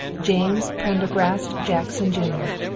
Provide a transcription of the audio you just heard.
james prendergast jackson jr.